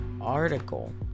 article